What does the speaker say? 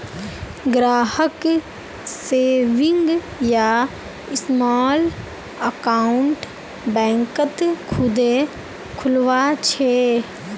ग्राहक सेविंग या small account बैंकत खुदे खुलवा छे